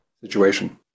situation